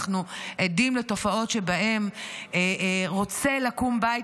אנחנו עדים לתופעות שבהם רוצה לקום בית